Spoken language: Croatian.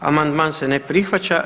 Amandman se ne prihvaća.